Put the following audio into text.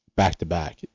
Back-to-back